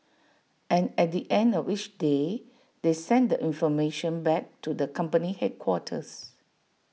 and at the end of each day they send the information back to the company's headquarters